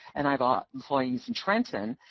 and i've got employees in trenton,